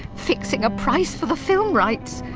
fixing a price for the film rights!